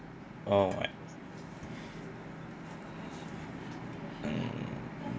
oh my mm